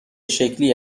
شکلی